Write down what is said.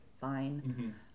fine